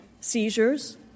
seizures